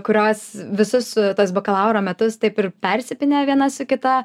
kurios visus tuos bakalauro metus taip ir persipynė viena su kita